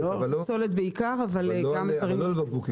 אבל לא לבקבוקים.